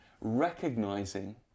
recognizing